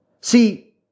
See